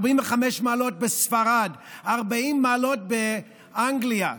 45 מעלות בספרד, 40 מעלות באנגליה.